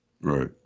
Right